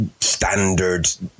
standards